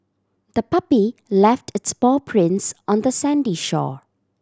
the puppy left its paw prints on the sandy shore